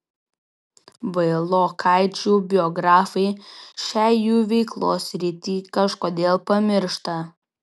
vailokaičių biografai šią jų veiklos sritį kažkodėl pamiršta